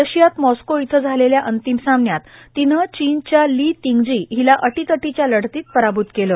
रशियात मॉस्को इथं झालेल्या अंतिम सामन्यात तिनं चीनच्या ली तिंगजी हिला अटीतटीच्या लढतीत पराभ्त केलं